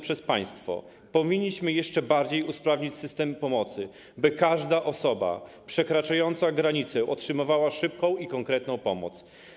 Powinniśmy jeszcze bardziej usprawnić system pomocy, by każda osoba przekraczająca granicę otrzymywała szybką i konkretną pomoc.